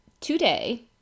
today